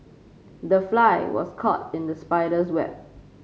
the fly was caught in the spider's web